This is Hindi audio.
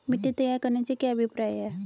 मिट्टी तैयार करने से क्या अभिप्राय है?